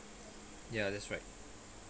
ya that's right